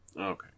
Okay